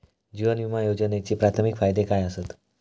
जीवन विमा योजनेचे प्राथमिक फायदे काय आसत?